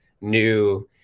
new